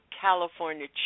California